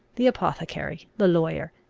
the apothecary, the lawyer,